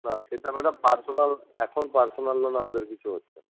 না সেটা madam personal এখন পার্সোনাল লোন আমাদের কিছু হচ্ছে